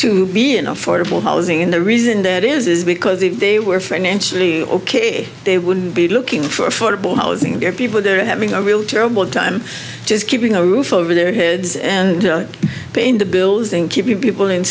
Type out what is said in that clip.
to be in affordable housing and the reason that is is because if they were financially ok they wouldn't be looking for affordable housing in their people they're having a real terrible time just keeping a roof over their heads and paying the bills and keeping people in